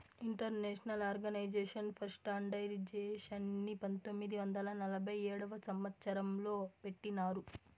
international organisation for స్టాండర్డయిజేషన్ని పంతొమ్మిది వందల నలభై ఏడవ సంవచ్చరం లో పెట్టినారు